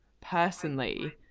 personally